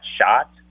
shot